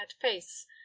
face